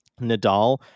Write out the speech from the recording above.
Nadal